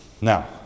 now